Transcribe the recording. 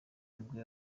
nibwo